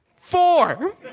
Four